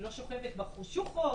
היא לא שוכבת בשוחות,